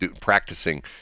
practicing